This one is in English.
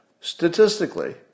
Statistically